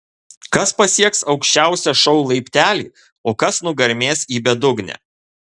kas pasieks aukščiausią šou laiptelį o kas nugarmės į bedugnę